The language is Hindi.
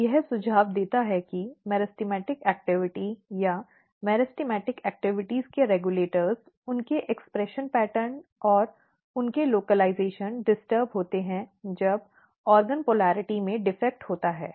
तो यह सुझाव देता है कि मेरिस्टेमेटिक गतिविधि या मेरिस्टेमेटिक गतिविधियों के नियामक उनके अभिव्यक्ति पैटर्न और उनके स्थानीयकरण डिस्टर्ब होते हैं जब अंग ध्रुवता में दोष होता है